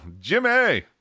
Jimmy